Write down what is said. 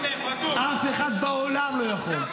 אף אחד לא יכול.